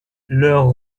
leur